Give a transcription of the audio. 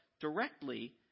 directly